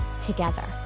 together